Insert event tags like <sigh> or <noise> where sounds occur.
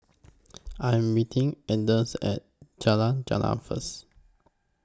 <noise> I Am meeting Anders At Jalan Jendela First